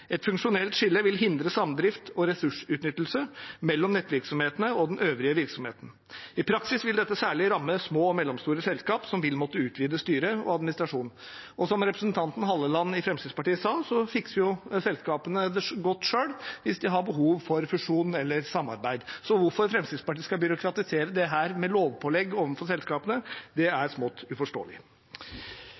Et funksjonelt skille vil hindre samdrift og ressursutnyttelse mellom nettvirksomhetene og den øvrige virksomheten. I praksis vil dette særlig ramme små og mellomstore selskap, som vil måtte utvide styre og administrasjon. Som representanten Halleland fra Fremskrittspartiet sa, fikser selskapene det godt selv hvis de har behov for fusjon eller samarbeid. Hvorfor Fremskrittspartiet skal byråkratisere dette med lovpålegg overfor selskapene, er smått uforståelig.